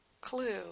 clue